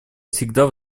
всегда